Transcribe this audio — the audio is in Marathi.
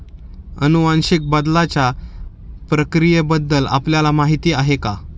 अनुवांशिक बदलाच्या प्रक्रियेबद्दल आपल्याला माहिती आहे का?